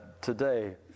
today